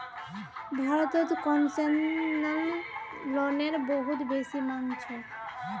भारतत कोन्सेसनल लोनेर बहुत बेसी मांग छोक